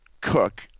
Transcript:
cook